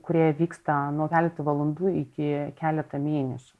kurie vyksta nuo keleto valandų iki keletą mėnesių